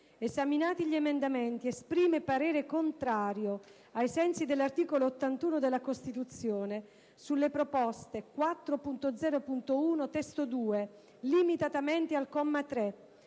Esaminati gli emendamenti, esprime parere contrario, ai sensi dell'articolo 81 della Costituzione, sulle proposte 4.0.1 (testo 2) (limitatamente al comma 3),